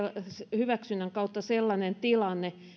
hyväksynnän kautta sellainen tilanne